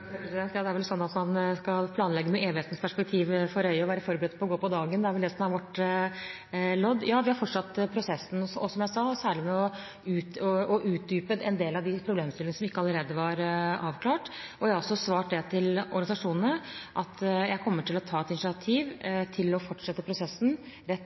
Ja, det er vel slik at man skal planlegge med evighetens perspektiv for øye, men være forberedt på å måtte gå på dagen. Det er vel det som er vårt lodd. Ja, vi har fortsatt prosessen, som jeg sa, særlig ved å utdype en del av de problemstillingene som ikke allerede var avklart. Jeg har også svart til organisasjonene at jeg kommer til å ta et initiativ til å fortsette prosessen rett